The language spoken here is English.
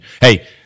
hey